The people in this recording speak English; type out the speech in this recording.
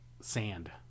sand